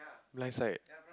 lightside